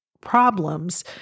problems